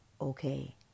okay